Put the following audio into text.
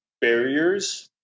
barriers